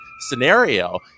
scenario